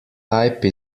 type